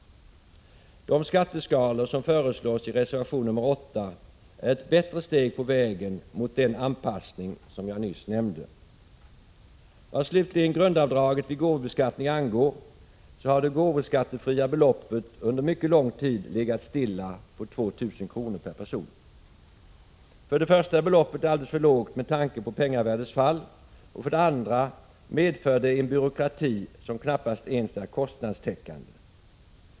De skatteskalor som föreslås i reservation 8 är ett bättre steg på vägen mot den anpassning som jag nyss nämnde. Vad slutligen grundavdraget vid gåvobeskattning angår har det gåvoskattefria grundbeloppet under mycket lång tid legat stilla på 2 000 kr. per person. För det första är beloppet alldeles för lågt med tanke på pengavärdets fall och för det andra medför det en byråkrati som knappast ens är kostnadstäckande.